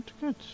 Good